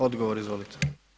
Odgovor, izvolite.